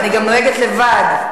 ואני גם נוהגת לבד.